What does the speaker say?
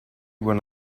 when